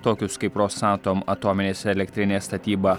tokius kaip rosatom atominės elektrinės statyba